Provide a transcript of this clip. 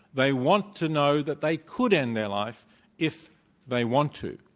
they want to know that they could end their life if they want to.